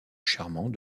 charmant